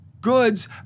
goods